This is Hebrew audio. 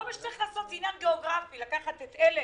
כל מה שצריך לעשות זה עניין גיאוגרפי לקחת את אלה,